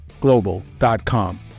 global.com